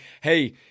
Hey